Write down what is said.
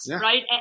right